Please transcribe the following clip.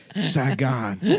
Saigon